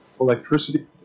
electricity